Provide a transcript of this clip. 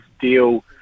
deal